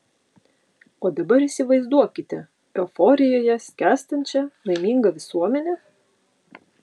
o dabar įsivaizduokite euforijoje skęstančią laimingą visuomenę